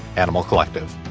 animal collective.